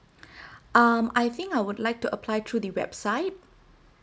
um I think I would like to apply through the website